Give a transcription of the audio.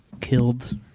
killed